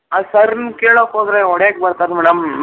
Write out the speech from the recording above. ಆ ಸರ್ರನ್ನು ಕೇಳೋಕೆ ಹೋದ್ರೆ ಹೊಡೆಯೋಕ್ ಬರ್ತಾರೆ ಮೇಡಮ್